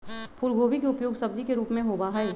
फूलगोभी के उपयोग सब्जी के रूप में होबा हई